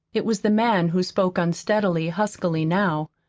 it was the man who spoke unsteadily, huskily, now.